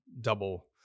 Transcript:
double